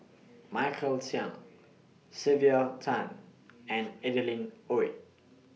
Michael Chiang Sylvia Tan and Adeline Ooi